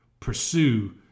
Pursue